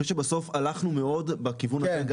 אני חשוב שבסוף הלכנו בכיוון הזה.